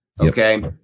Okay